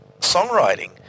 songwriting